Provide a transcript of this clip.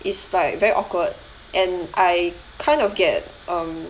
is like very awkward and I kind of get um